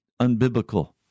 unbiblical